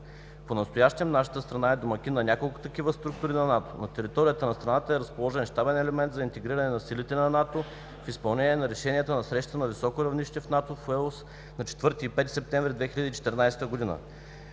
Понастоящем нашата страна е домакин на няколко такива структури на НАТО. На територията на страната е разположен Щабен елемент за интегриране на силите на НАТО (NFIU) в изпълнение на решенията на срещата на високо равнище на НАТО в Уелс на 4 и 5 септември 2014 г.